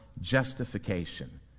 justification